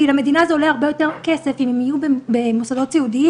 למדינה זה עולה הרבה יותר כסף אם הם יהיו במוסדות סיעודיים,